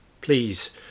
Please